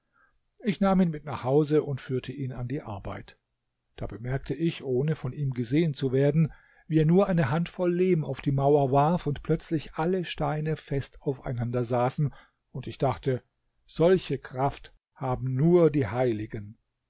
ich nahm ihn mit nach hause und führte ihn an die arbeit da bemerkte ich ohne von ihm gesehen zu werden wie er nur eine handvoll lehm auf die mauer warf und plötzlich alle steine fest aufeinander saßen und ich dachte solche kraft haben nur die heiligen